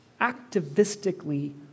Activistically